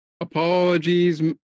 Apologies